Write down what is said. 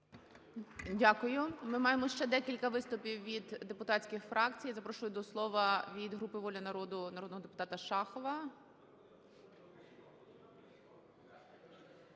Дякую. Ми маємо ще декілька виступів від депутатських фракцій. Запрошую до слова від групи "Волі народу" народного депутата Шахова.